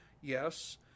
Yes